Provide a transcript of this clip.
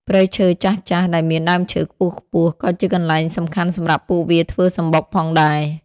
ព្រៃឈើចាស់ៗដែលមានដើមឈើខ្ពស់ៗក៏ជាកន្លែងសំខាន់សម្រាប់ពួកវាធ្វើសម្បុកផងដែរ។